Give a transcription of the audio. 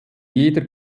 jeder